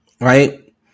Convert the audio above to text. right